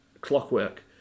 clockwork